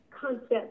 concept